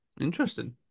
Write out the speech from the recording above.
Interesting